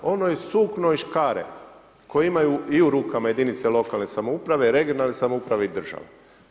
Onoj sukno škare koje imaju i u rukama jedinice lokalne samouprave, regionalne samouprave i država.